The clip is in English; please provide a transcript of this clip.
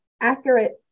accurate